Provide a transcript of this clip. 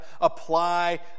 apply